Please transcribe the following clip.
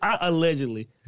Allegedly